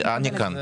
אני כאן.